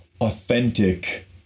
authentic